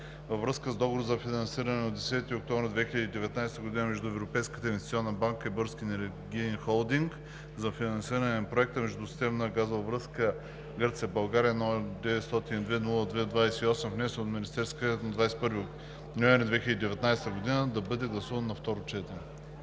във връзка с Договор за финансиране от 10 октомври 2019 г. между Европейската инвестиционна банка и „Български енергиен холдинг“ ЕАД за финансиране на проект „Междусистемна газова връзка Гърция –България“, № 902-02-28, внесен от Министерския съвет на 21 ноември 2019 г. да бъде гласуван на второ четене.